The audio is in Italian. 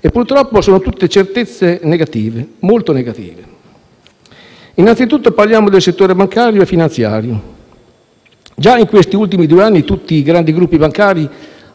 e purtroppo sono tutte certezze molto negative. Innanzitutto, parliamo del settore bancario e finanziario: già in questi ultimi due anni tutti i grandi gruppi bancari